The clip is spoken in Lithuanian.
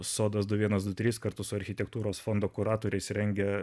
sodas du vienas du tris kartus architektūros fondo kuratoriais rengia